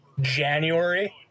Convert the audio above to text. January